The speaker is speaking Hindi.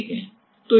ठीक है